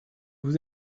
vous